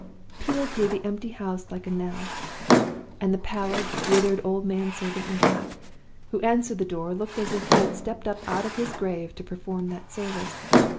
pealed through the empty house like a knell and the pallid, withered old man-servant in black who answered the door looked as if he had stepped up out of his grave to perform that service.